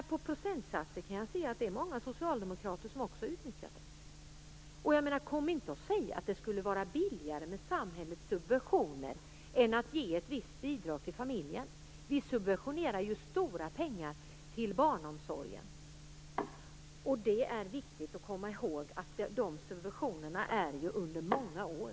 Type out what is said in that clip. Av procentsatserna kan jag utläsa att många socialdemokrater också har utnyttjat vårdnadsbidraget. Kom inte och säg att det skulle vara billigare med samhälleliga subventioner än att ge familjen ett visst bidrag! Stora pengar subventioneras ju när det gäller barnomsorgen. Det är viktigt att komma ihåg att det i det sammanhanget handlar om många år.